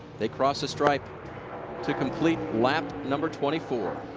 they cross the stripe to complete like ap number twenty four.